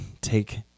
take